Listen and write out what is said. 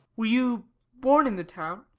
were you born in the town?